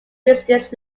business